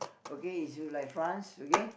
okay it's like France okay